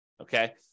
okay